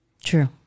True